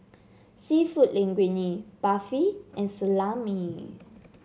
seafood Linguine Barfi and Salami